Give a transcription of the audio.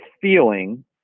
feeling